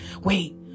wait